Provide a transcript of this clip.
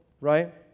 right